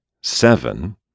seven